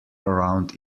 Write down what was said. around